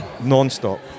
Non-stop